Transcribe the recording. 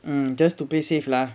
um just to play safe lah